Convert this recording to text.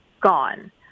gone